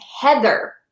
Heather